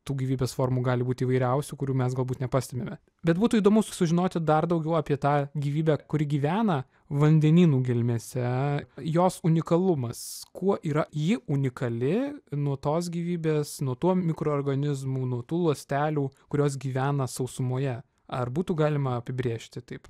tų gyvybės formų gali būti įvairiausių kurių mes galbūt nepastebime bet būtų įdomu sužinoti dar daugiau apie tą gyvybę kuri gyvena vandenynų gelmėse jos unikalumas kuo yra ji unikali nuo tos gyvybės nuo tuo mikroorganizmų nuo tų ląstelių kurios gyvena sausumoje ar būtų galima apibrėžti taip